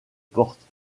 portes